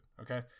okay